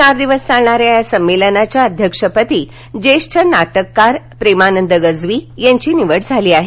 चार दिवस चालणाऱ्या या संमेलनाच्या अध्यक्षपदी ज्येष्ठ नाटककार प्रेमानंद गज्वी यांची निवड झाली आहे